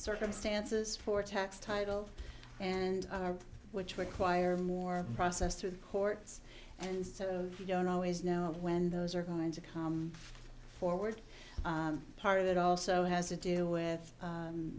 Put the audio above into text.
circumstances for tax titles and are which require more process through the courts and so we don't always know when those are going to come forward part of it also has to do with